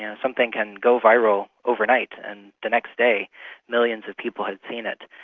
yeah something can go viral overnight and the next day millions of people have seen it.